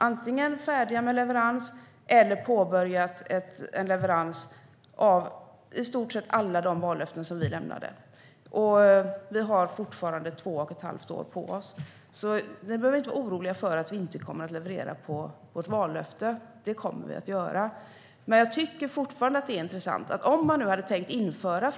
Antingen är vi färdiga med leverans eller så har vi påbörjat leverans när det gäller i stort sett alla de vallöften som vi gav. Och vi har fortfarande två och ett halvt år på oss. Ni behöver inte vara oroliga för att vi inte kommer att leverera i fråga om vårt vallöfte. Det kommer vi att göra. Men jag tycker fortfarande att det som jag nämnde tidigare är intressant.